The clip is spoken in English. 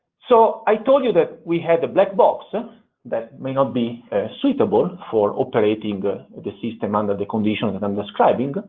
so i told you that we had a black box that may not be suitable for operating the ah the system under the conditions i'm describing,